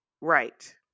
Right